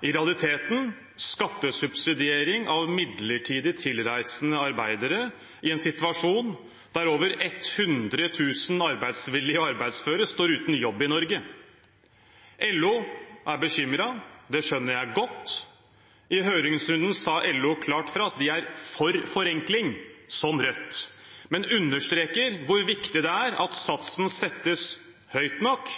i realiteten skattesubsidiering av midlertidig tilreisende arbeidere i en situasjon der over 100 000 arbeidsvillige og arbeidsføre står uten jobb i Norge. LO er bekymret. Det skjønner jeg godt. I høringsrunden sa LO klart fra at de er for forenkling, som Rødt, men understreker hvor viktig det er at satsen settes høyt nok,